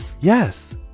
Yes